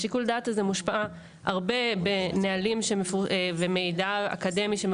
שיקול הדעת הזה מושפע רבות ממידע אקדמי ומנהלים